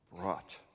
brought